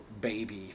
baby